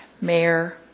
Mayor